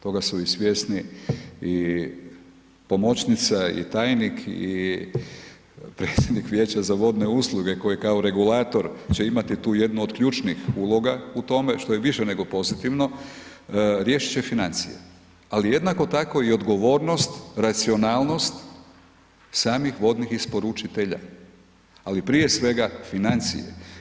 Toga su i svjesni i pomoćnica i tajnik i predsjednik vijeća za vodne usluge koji kao regulator će imati tu jednu od ključnih uloga u tome što je više nego pozitivno, riješit će financije ali jednako tako odgovornost, racionalnost samih vodnih isporučitelja, ali prije svega financije.